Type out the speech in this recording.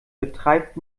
betreibt